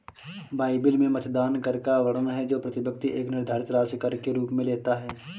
Bible में मतदान कर का वर्णन है जो प्रति व्यक्ति एक निर्धारित राशि कर के रूप में लेता है